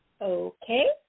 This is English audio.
Okay